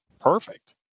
Perfect